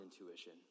intuition